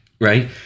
Right